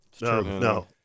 No